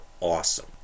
awesome